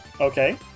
Okay